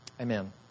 Amen